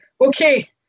okay